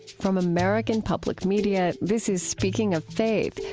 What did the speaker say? from american public media, this is speaking of faith,